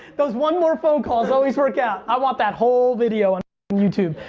those one more phone calls always work out. i want that whole video on youtube.